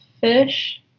fish